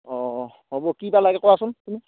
অঁ হ'ব কি বা লাগে কোৱাচোন তুমি